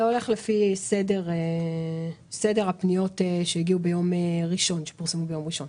זה הולך לפי סדר הפניות שפורסמו ביום ראשון .